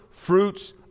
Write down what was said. fruits